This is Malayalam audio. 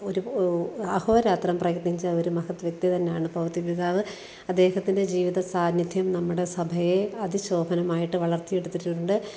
ഒരു അഹോരാത്രം പ്രയത്നിച്ച ഒരു മഹത് വ്യക്തി തന്നെയാണ് പൗത്യ പിതാവ് അദ്ദേഹത്തിൻ്റെ ജീവിത സാന്നിധ്യം നമ്മുടെ സഭയെ അതിശോഭനമായിട്ട് വളർത്തിയെടുത്തിട്ടുണ്ട്